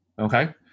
Okay